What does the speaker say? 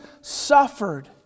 suffered